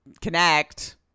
connect